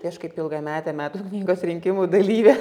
tai aš kaip ilgametė metų knygos rinkimų dalyvė